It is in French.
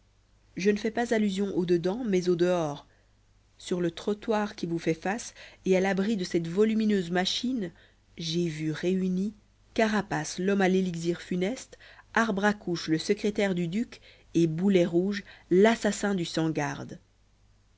je ne fais pas allusion au dedans mais au dehors sur le trottoir qui vous fait face et à l'abri de cette volumineuse machine j'ai vu réunis carapace l'homme à l'élixir funeste arbre à couche le secrétaire du duc et bouletrouge l'assassin du